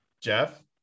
Jeff